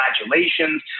congratulations